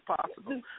possible